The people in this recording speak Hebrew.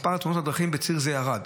מספר תאונות הדרכים בציר הזה ירד,